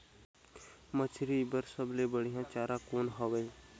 मछरी बर सबले बढ़िया चारा कौन हवय?